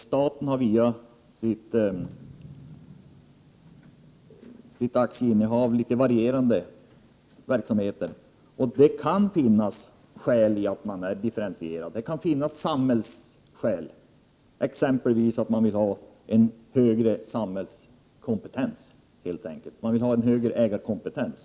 Staten bedriver via sitt aktieinnehav något varierande verksamheter, och det kan finnas skäl till att verksamheten är differentierad. Det kan exempelvis vara fråga om att man vill ha en högre samhällelig kompetens, en högre ägarkompetens.